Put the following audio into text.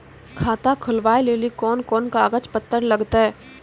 खाता खोलबाबय लेली कोंन कोंन कागज पत्तर लगतै?